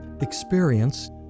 experience